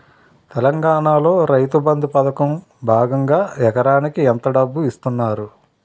తెలంగాణలో రైతుబంధు పథకం భాగంగా ఎకరానికి ఎంత డబ్బు ఇస్తున్నారు?